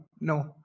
no